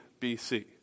BC